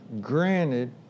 granted